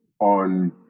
on